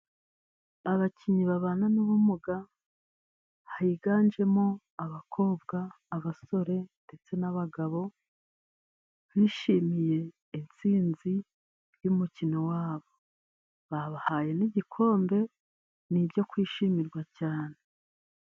Abakinnyi b'abana n'ubumuga higanjemo abakobwa, abasore ndetse n'abagabo, bishimiye intsinzi y'umukino wabo. Babahaye n'igikombe, ni ibyo kwishimirwa cyane.